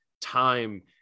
time